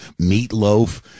Meatloaf